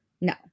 No